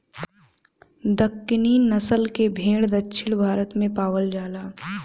दक्कनी नसल के भेड़ दक्षिण भारत में पावल जाला